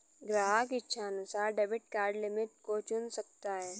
ग्राहक इच्छानुसार debit card limit को चुन सकता है